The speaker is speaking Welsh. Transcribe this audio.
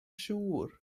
siŵr